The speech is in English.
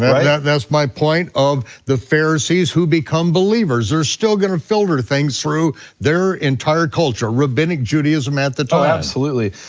right? yeah that's my point of the pharisees who become believers, they're still gonna filter things through their entire culture, rabbinic judaism at the time. oh, absolutely.